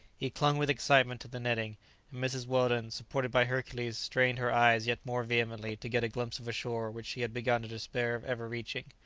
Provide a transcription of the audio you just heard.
he clung with excitement to the netting and mrs weldon, supported by hercules, strained her eyes yet more vehemently to get a glimpse of a shore which she had begun to despair of ever reaching.